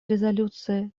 резолюции